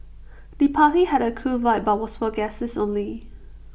the party had A cool vibe but was for guests only